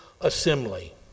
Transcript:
assembly